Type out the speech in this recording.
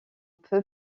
peu